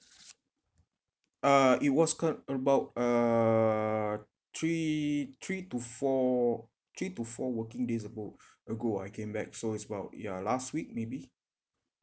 uh it was cur~ about uh three three to four three to four working days ago ago I came back so it's about ya last week maybe